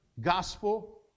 gospel